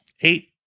eight